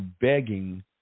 begging